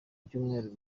ibyumweru